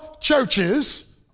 churches